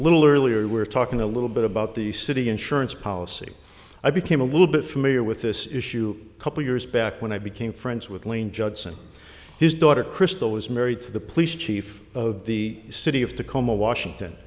little earlier we were talking a little bit about the city insurance policy i became a little bit familiar with this issue a couple years back when i became friends with lane judson his daughter crystal was married to the police chief of the city of tacoma washington